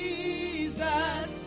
Jesus